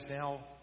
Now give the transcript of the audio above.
now